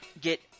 get